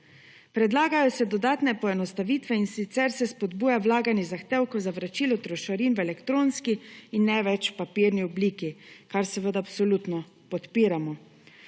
Predlagajo se dodatne poenostavitve in sicer se spodbuja vlaganje zahtevkov za vračilo trošarin v elektronski in ne več papirni obliki, kar seveda absolutno podpiramo.